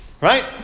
right